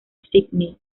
sídney